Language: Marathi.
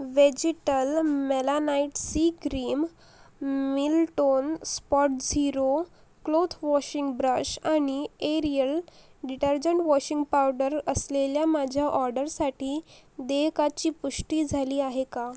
vegetal melanite C cream Milton Spotzero cloth washing brush आणि एरियल डिटर्जंट वॉशिंग पावडर असलेल्या माझ्या ऑर्डरसाठी देयकाची पुष्टी झाली आहे का